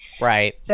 Right